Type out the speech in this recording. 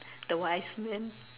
the wise man